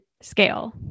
scale